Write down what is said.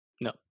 No